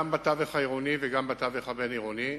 גם בתווך העירוני וגם בתווך הבין-עירוני.